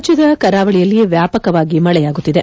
ರಾಜ್ಯದ ಕರಾವಳಿಯಲ್ಲಿ ವ್ಯಾಪಕವಾಗಿ ಮಳೆಯಾಗುತ್ತಿದೆ